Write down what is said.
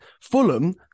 Fulham